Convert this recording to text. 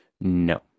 No